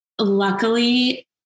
Luckily